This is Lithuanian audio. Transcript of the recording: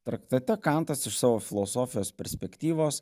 traktate kantas iš savo filosofijos perspektyvos